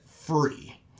free